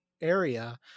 area